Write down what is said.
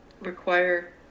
require